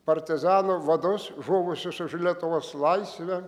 partizanų vadus žuvusius už lietuvos laisvę